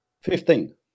Fifteen